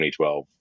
2012